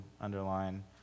underline